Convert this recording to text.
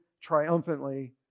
triumphantly